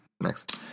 Next